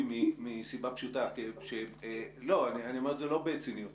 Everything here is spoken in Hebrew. מסיבה פשוטה אני לא אומר את זה בציניות